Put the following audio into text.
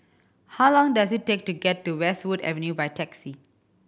how long does it take to get to Westwood Avenue by taxi